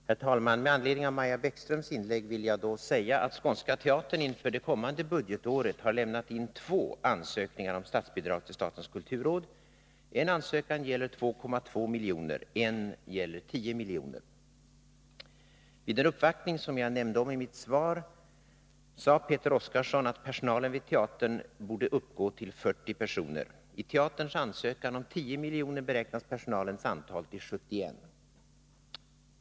Herr talman! Med anledning av Maja Bäckströms inlägg vill jag säga att Skånska Teatern inför det kommande budgetåret har lämnat in två ansökningar om statligt bidrag till statens kulturråd. En ansökan gäller 2,2 milj.kr., en gäller 10 milj.kr. Vid den uppvaktning som jag nämnde i mitt svar sade Peter Oskarsson att personalen vid teatern borde uppgå till 40 personer. I teaterns ansökan om 10 miljoner beräknas personalens antal till 71.